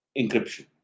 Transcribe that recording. encryption